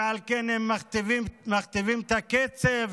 ועל כן הם מכתיבים את הקצב,